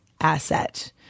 asset